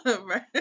Right